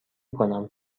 کنم